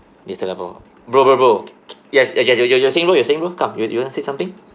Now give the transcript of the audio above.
these two lah bro bro bro bro yes eh you're you're you're saying bro you're saying bro come you you want said something